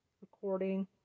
recording